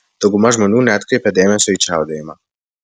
dauguma žmonių neatkreipia dėmesio į čiaudėjimą